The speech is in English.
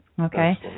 Okay